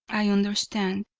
i understand.